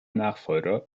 nachfolger